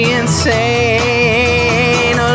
insane